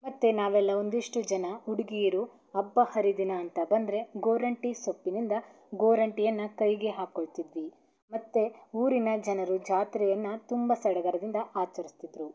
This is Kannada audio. ಮತ್ತೆ ನಾವೆಲ್ಲ ಒಂದಿಷ್ಟು ಜನ ಹುದುಗೀರು ಹಬ್ಬ ಹರಿದಿನ ಅಂತ ಬಂದರೆ ಗೋರಂಟಿ ಸೊಪ್ಪಿನಿಂದ ಗೋರಂಟಿಯನ್ನು ಕೈಗೆ ಹಾಕೊಳ್ತಿದ್ವಿ ಮತ್ತೆ ಊರಿನ ಜನರು ಜಾತ್ರೆಯನ್ನು ತುಂಬ ಸಡಗರದಿಂದ ಆಚರ್ಸ್ತಿದ್ದರು